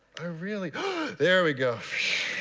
i really there we go.